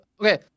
okay